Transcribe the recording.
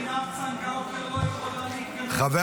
--- את זה שעינב צנגאוקר לא יכולה להיכנס לכנסת.